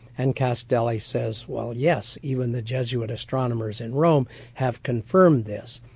and castelli says, well yes, even the jesuit astronomers in rome have confirmed this'.